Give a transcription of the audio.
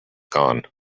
gone